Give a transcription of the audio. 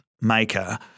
maker